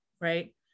right